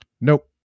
nope